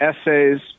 essays